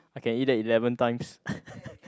I can eat that eleven times